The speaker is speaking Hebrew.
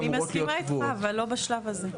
אני מסכימה איתך, אבל לא בשלב הזה.